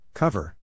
Cover